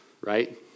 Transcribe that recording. right